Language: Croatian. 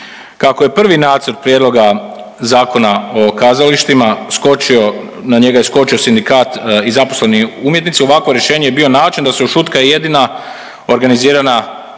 Kako je prvi nacrt Prijedlog Zakona o kazalištima skočio, na njega je skočio sindikat i zaposleni umjetnici ovakvo rješenje je bio način da se ušutka jedina organizirana